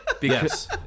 yes